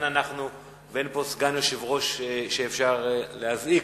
ואין פה סגן יושב-ראש שאפשר להזעיק,